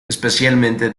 especialmente